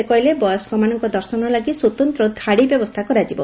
ସେ କହିଲେ ବୟସ୍କମାନଙ୍କ ଦର୍ଶନ ଲାଗି ସ୍ୱତନ୍ତ ଧାଡି ବ୍ୟବସ୍କା କରାଯିବ